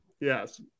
Yes